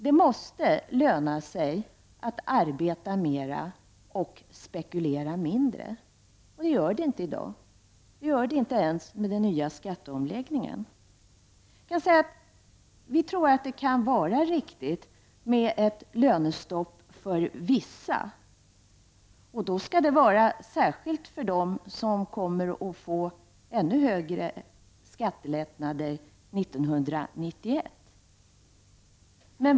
Det måste löna sig att arbeta mera och spekulera mindre, men så är det inte i dag, inte ens efter skatteomläggningen. Vi tror att det kan vara riktigt med ett lönestopp för vissa kategorier, särskilt för dem som får ännu högre skattelättnader 1991.